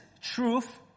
Truth